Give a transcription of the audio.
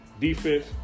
defense